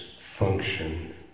function